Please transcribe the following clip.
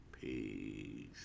Peace